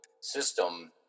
system